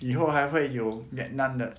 以后还会有 vietnam 的